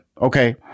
Okay